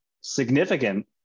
significant